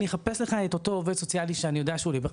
אני אחפש בעבורך את אותו העובד סוציאלי שאני יודע שהוא ילווה אותך.